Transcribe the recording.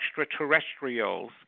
extraterrestrials